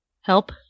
help